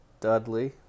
Dudley